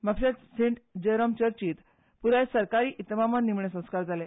म्हापश्यांत Saint Jerome चर्चीत प्राय सरकारी इतमामान निमाणे संस्कार जाले